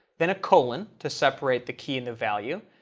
then a colon to separate the key and the value.